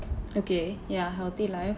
okay ya healthy life